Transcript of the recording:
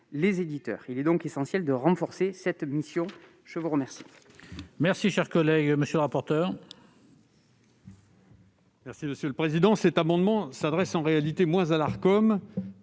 les éditeurs. Il est donc essentiel de renforcer cette mission. Quel